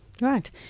Right